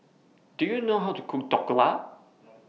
Do YOU know How to Cook Dhokla